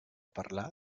parlar